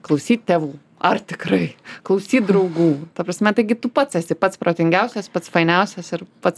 klausyt tėvų ar tikrai klausyt draugų ta prasme taigi tu pats esi pats protingiausias pats fainiausias ir pats